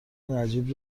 نجیب